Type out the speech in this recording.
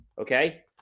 okay